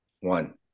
One